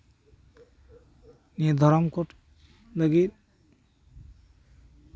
ᱱᱤᱭᱟᱹ ᱫᱷᱚᱨᱚᱢ ᱠᱳᱰ ᱞᱟᱹᱜᱤᱫ